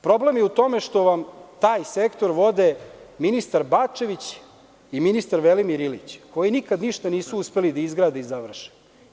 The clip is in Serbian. Problem je u tome što vam taj sektor vode ministar Bačević i ministar Velimir Ilić, koji nikad ništa nisu uspeli da izgrade i završe.